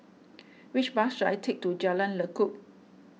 which bus should I take to Jalan Lekub